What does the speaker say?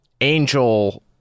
angel